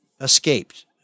escaped